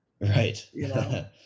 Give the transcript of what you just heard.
Right